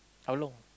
how long